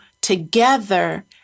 together